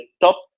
top